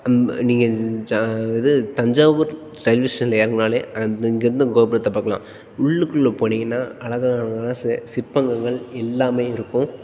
அந்த நீங்கள் இது தஞ்சாவூர் ரயில்வே ஸ்டேஷனில் இறங்குனாலே அ இந்த இங்கே இருந்தே கோபுரத்தை பார்க்கலாம் உள்ளுக்குள்ளே போனிங்கனா அழகான சில சிற்பங்கங்கள் எல்லாமே இருக்கும்